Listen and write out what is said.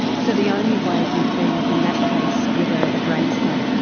so the only way would be, in that case, with a brain scan?